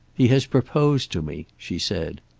he has proposed to me, she said.